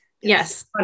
Yes